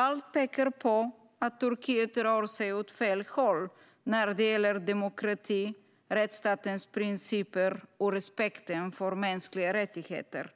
Allt pekar på att Turkiet rör sig åt fel håll när det gäller demokrati, rättsstatens principer och respekten för mänskliga rättigheter.